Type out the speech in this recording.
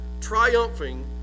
triumphing